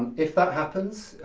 if that happens,